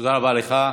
תודה רבה לך.